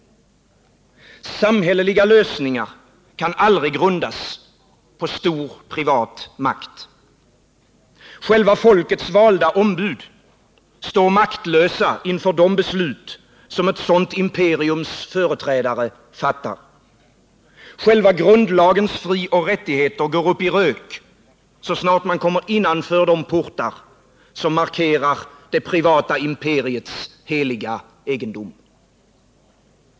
Samhälleliga lösningar kan aldrig grundas på stor privat makt. Själva folkets valda ombud står maktlösa inför de beslut som ett sådant imperiums företrädare fattar. Själva grundlagens frioch rättigheter går upp i rök, så snart man kommer innanför de portar "som markerar det privata imperiets heliga egendom.